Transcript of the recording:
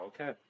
okay